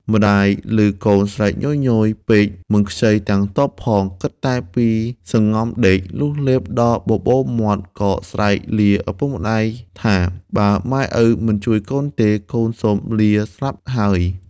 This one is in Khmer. ម្ដាយឮកូនស្រែកញយៗពេកមិនខ្ចីទាំងតបផង គិតតែពីសង្ងំដេក លុះលេបដល់បបូរមាត់ក៏ស្រែកលា ឪពុកម្ដាយថា “បើឪម៉ែមិនជួយកូនទេ កូនសូមលាស្លាប់ហើយ” ។